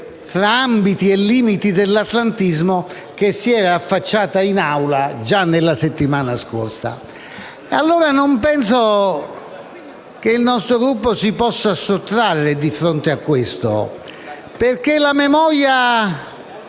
tra ambiti e limiti dell'atlantismo che si era affacciata in Assemblea già nella settimana scorsa. Non penso che il nostro Gruppo si possa sottrarre a questo, perché la memoria